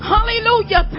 Hallelujah